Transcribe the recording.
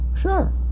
Sure